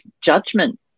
judgment